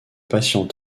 patient